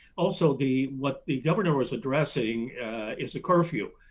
also the what the governor was addressing is the curfew.